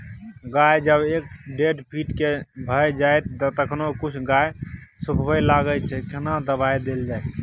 गाछ जब एक डेढ फीट के भ जायछै तखन कुछो गाछ सुखबय लागय छै केना दबाय देल जाय?